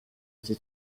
iki